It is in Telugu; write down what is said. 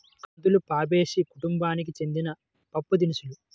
కందులు ఫాబేసి కుటుంబానికి చెందిన పప్పుదినుసు